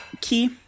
Key